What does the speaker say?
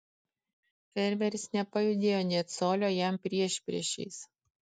fermeris nepajudėjo nė colio jam priešpriešiais